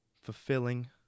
fulfilling